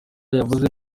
yavuze